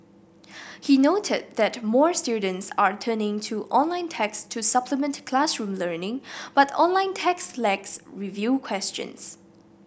he noted that more students are turning to online text to supplement classroom learning but online text lacks review questions